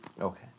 Okay